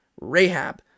rahab